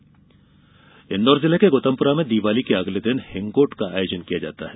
हिंगोट इन्दौर जिले के गौतमपुरा में दीवाली के अगले दिन हिंगोट का आयोजन किया जाता है